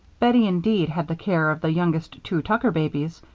bettie, indeed, had the care of the youngest two tucker babies,